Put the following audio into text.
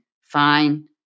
fine